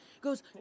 goes